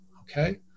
Okay